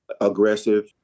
aggressive